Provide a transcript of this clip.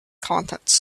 contents